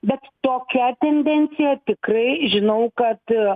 bet tokia tendencija tikrai žinau kad